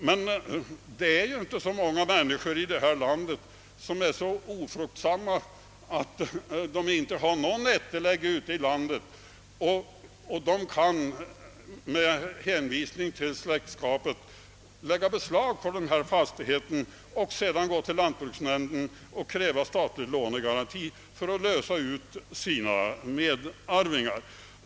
Det finns emellertid inte så många människor i vårt land som är så ofruktsamma att de inte har någon ättelägg, som med hänvisning till släktskapen kan göra anspråk på fastigheten och därefter gå till lantbruksnämnden och kräva statlig lånegaranti för att lösa ut sina medarvingar.